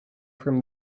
from